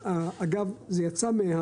אגב, זה יצא